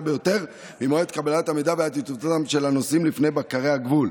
ביותר ממועד קבלת המידע ועד התייצבותם של הנוסעים לפני בקרי הגבול.